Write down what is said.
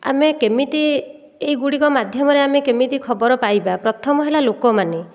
ଆମେ କେମିତି ଏହିଗୁଡ଼ିକ ମାଧ୍ୟମରେ ଆମେ କେମିତି ଖବର ପାଇବା ପ୍ରଥମ ହେଲା ଲୋକମାନେ